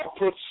outputs